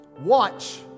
Watch